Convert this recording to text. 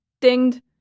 dinged